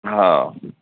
हा